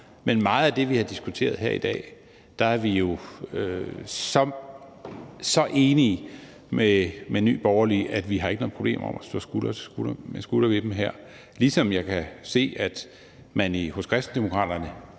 Men i meget af det, vi har diskuteret her i dag, er vi jo så enige med Nye Borgerlige, at vi ikke har noget problem med at stå skulder ved skulder med dem her, ligesom jeg kan se, at man hos Kristendemokraterne